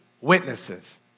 witnesses